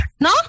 No